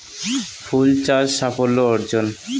ফুল চাষ সাফল্য অর্জন?